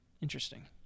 interesting